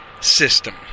system